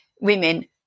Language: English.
women